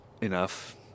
Enough